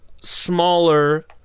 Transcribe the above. smaller